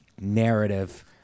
narrative